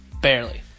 Barely